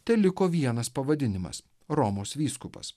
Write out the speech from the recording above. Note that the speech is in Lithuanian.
teliko vienas pavadinimas romos vyskupas